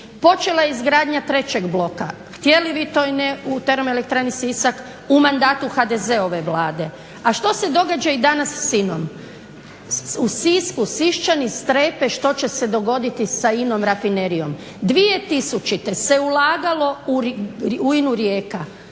Počela je izgradnja trećeg bloka, htjeli vi to ili ne u termoelektrani Sisak u mandatu HDZ-ove vlade. A što se događa i danas s INA-om? U Sisku, Sisčani strepe što će se dogoditi s INA-om rafinerijom. 2000. se ulagalo u INA-u Rijeka,